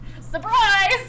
Surprise